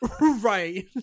Right